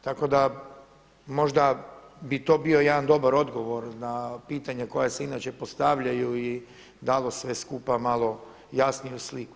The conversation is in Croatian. Tako da možda bi to bio jedan dobar odgovor na pitanja koja se inače postavljaju i dalo sve skupa malo jasniju sliku.